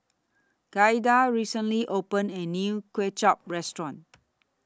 Giada recently opened A New Kuay Chap Restaurant